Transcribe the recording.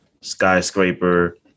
skyscraper